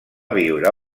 viure